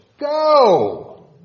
Go